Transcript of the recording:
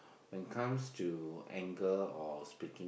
when comes to